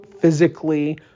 physically